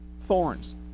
thorns